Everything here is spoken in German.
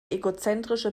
egozentrische